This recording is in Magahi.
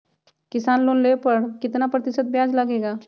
किसान लोन लेने पर कितना प्रतिशत ब्याज लगेगा?